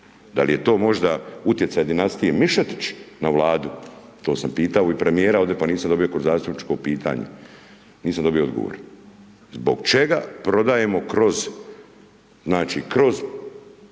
dal je to možda utjecaj dinastije Mišetić na Vladu, to sam pitao i premijera ovdje, pa nisam dobio neko zastupničko pitanje, nisam dobio odgovor. Zbog čega prodajemo kroz, znači, kroz